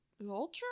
Vulture